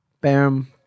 Bam